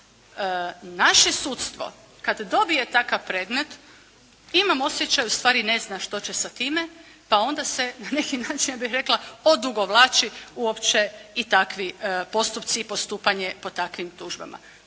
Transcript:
Naše sudstvo kad dobije takav predmet imam osjećaj ustvari ne zna što će sa time pa onda se na neki način ja bih rekla odugovlači uopće i takvi postupci i postupanje po takvim tužbama.